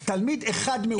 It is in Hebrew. תלמיד אחד מאומת בבית ספר.